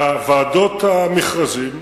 ועדות המכרזים,